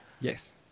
Yes